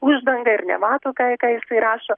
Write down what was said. uždanga ir nemato ką ką jisai rašo